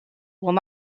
will